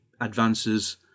advances